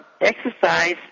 Exercise